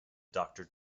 doctor